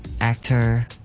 actor